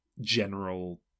general